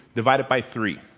divide it by three.